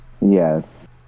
Yes